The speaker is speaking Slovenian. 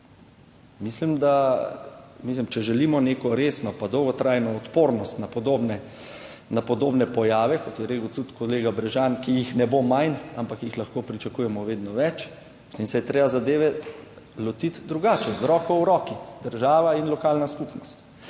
Mislim, če želimo neko resno dolgotrajno odpornost na podobne pojave, kot je rekel tudi kolega Brežan, ki jih ne bo manj, ampak jih lahko pričakujemo vedno več, in se je treba zadeve lotiti drugače, z roko v roki, država in lokalna skupnost.